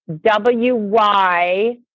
W-Y